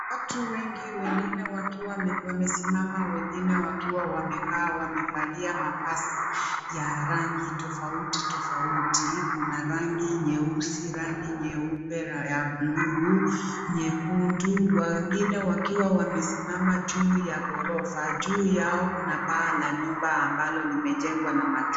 Watu wengi wengine wakiwa wamesimama wengine wakiwa wamekaa wakivalia mavazi ya rangi tofauti tofauti kuna rangi nyeusi, rangi nyeupe, ya buluu, nyekundu wengine wakiwa wamesimama juu ya gorofa juu yao kuna paa la nyumba ambalo limejengwa na machuma.